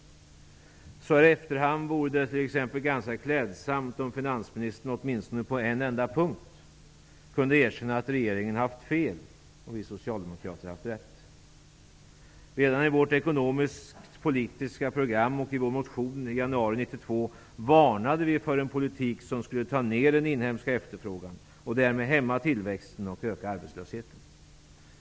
Så här i efterhand vore det t.ex. ganska klädsamt om finansministern åtminstone på en enda punkt kunde erkänna att regeringen har haft fel och att vi socialdemokrater har haft rätt. Redan i vårt ekonomisk-politiska program och i vår motion i januari 1992 varnade vi för en politik som skulle minska den inhemska efterfrågan och därmed hämma tillväxten och öka arbetslösheten.